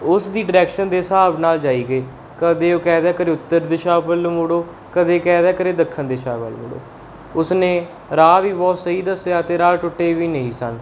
ਉਸ ਦੀ ਡਾਇਰੈਕਸ਼ਨ ਦੇ ਹਿਸਾਬ ਨਾਲ ਜਾਈ ਗਏ ਕਦੇ ਉਹ ਕਹਿ ਦਿਆ ਕਰੇ ਉੱਤਰ ਦਿਸ਼ਾ ਵੱਲੋਂ ਮੁੜੋ ਕਦੇ ਕਹਿ ਦਿਆ ਕਰੇ ਦੱਖਣ ਦਿਸ਼ਾ ਵੱਲ ਮੁੜੋ ਉਸਨੇ ਰਾਹ ਵੀ ਬਹੁਤ ਸਹੀ ਦੱਸਿਆ ਅਤੇ ਰਾਹ ਟੁੱਟੇ ਵੀ ਨਹੀਂ ਸਨ